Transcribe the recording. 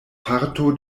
parto